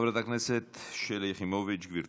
חברת הכנסת שלי יחימוביץ', גברתי.